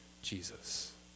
Jesus